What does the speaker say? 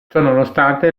ciononostante